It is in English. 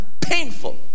painful